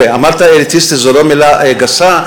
אמרת שאליטיסטי זו לא מילה גסה,